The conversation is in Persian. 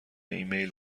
ایمیل